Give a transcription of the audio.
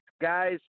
guys